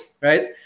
right